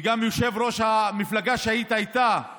וגם יושב-ראש המפלגה שהיית איתה,